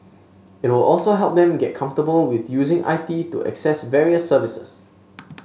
it will also help them get comfortable with using I T to access various services